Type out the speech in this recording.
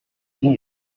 here